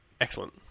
excellent